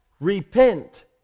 repent